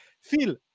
Phil